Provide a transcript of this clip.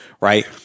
right